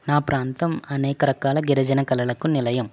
నా ప్రాంతం అనేక రకాల గిరిజన కళలకు నిలయం